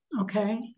okay